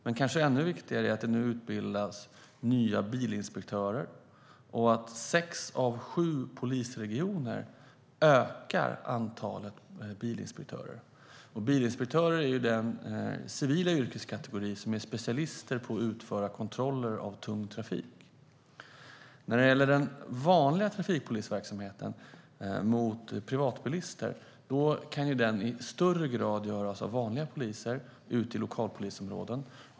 Men kanske ännu viktigare är att det nu utbildas nya bilinspektörer och att sex av sju polisregioner ökar antalet bilinspektörer. Bilinspektörer är den civila yrkeskategori som är specialiserad på att utföra kontroller av tung trafik. När det gäller den vanliga trafikpolisverksamheten mot privatbilister kan den i högre grad utföras av vanliga poliser ute i lokalpolisområdena.